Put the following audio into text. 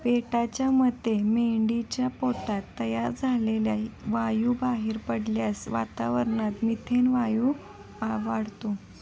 पेटाच्या मते मेंढीच्या पोटात तयार झालेला वायू बाहेर पडल्याने वातावरणात मिथेन वायू वाढतो